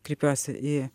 kreipiuosi į